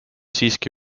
siiski